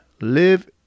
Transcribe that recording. live